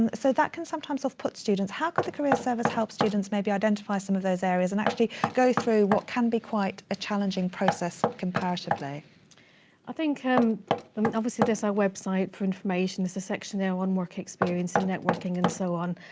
and so that can sometimes off put students. how could the careers service help students maybe identify some of those areas and actually go through what can be quite a challenging process comparatively? speaker i think, i mean obviously there's our website for information. there's a section there on work experience and networking and so on.